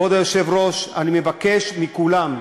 כבוד היושב-ראש, אני מבקש מכולם,